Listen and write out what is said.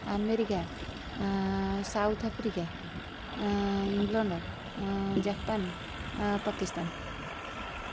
America South Africa England Japan Pakistan